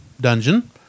dungeon